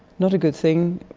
not a good thing,